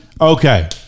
okay